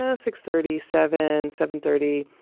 ah six thirty, seven, seven thirty,